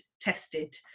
tested